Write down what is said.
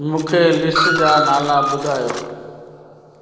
मूंखे लिस्ट जा नाला ॿुधायो